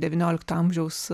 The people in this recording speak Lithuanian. devyniolikto amžiaus